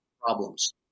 problems